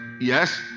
yes